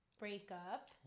breakup